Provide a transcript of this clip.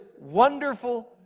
wonderful